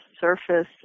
surface